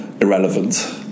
irrelevant